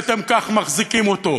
ואתם כך מחזיקים אותו.